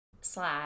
slash